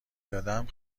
دادم